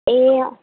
ए